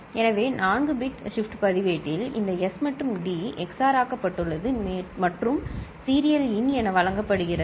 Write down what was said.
எனவே இந்த 4 bit shift பதிவேட்டில் இந்த எஸ் மற்றும் டி XOR ஆக்கப்பட்டுள்ளது மற்றும் சீரியல் இன் என வழங்கப்படுகிறது